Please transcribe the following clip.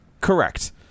Correct